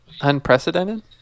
unprecedented